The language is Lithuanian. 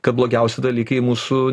kad blogiausi dalykai mūsų